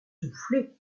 souffler